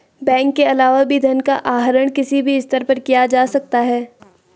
bank के अलावा भी धन का आहरण किसी भी स्तर पर किया जा सकता है